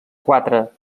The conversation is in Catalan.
quatre